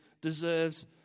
deserves